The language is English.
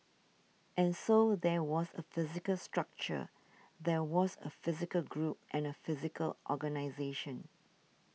and so there was a physical structure there was a physical group and a physical organisation